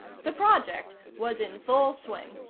the project was in full swing.